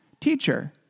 teacher